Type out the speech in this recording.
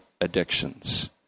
addictions